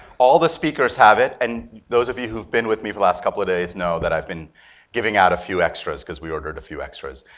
all the speakers have it. and those of you who have been with me for the last couple of days know that i've been giving out a few extras, because we ordered a few extras.